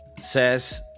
says